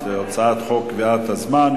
הצעת חוק קביעת הזמן,